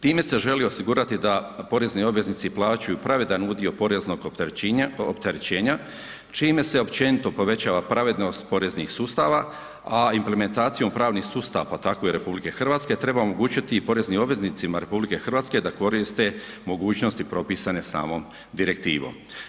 Time se želi osigurati da porezni obveznici plaćaju pravedan udio poreznog opterećenja čime se općenito pravednost poreznih sustava a implementacijom pravnih sustava pa tako i RH, treba omogućiti i poreznim obveznicima RH da koriste mogućnosti samom direktivom.